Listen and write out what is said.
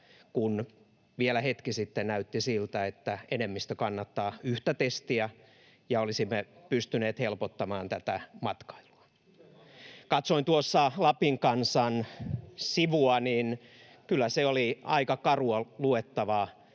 kun vielä hetki sitten näytti siltä, että enemmistö kannattaa yhtä testiä [Perussuomalaisten ryhmästä: Ohhoh!] ja olisimme pystyneet helpottamaan matkailua. Katsoin tuossa Lapin Kansan sivua, ja kyllä se oli aika karua luettavaa,